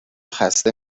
خسته